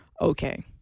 Okay